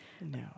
no